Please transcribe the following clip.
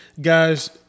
Guys